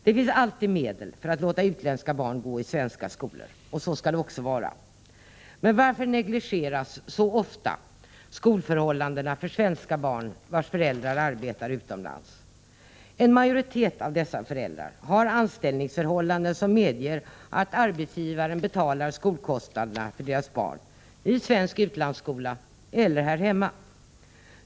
Det finns alltid medel för att låta utländska barn gå i svenska skolor — och så skall det också vara — men varför negligeras så ofta som fallet är skolförhållandena för svenska barn, vilkas föräldrar arbetar utomlands? En majoritet av dessa föräldrar har anställningsförhållanden som medger att arbetsgivaren betalar skolkostnaderna för deras barn i svensk utlandsskola eller här hemma.